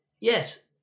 Yes